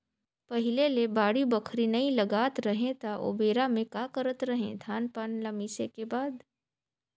पहिले ले बाड़ी बखरी नइ लगात रहें त ओबेरा में का करत रहें, धान पान ल मिसे के बाद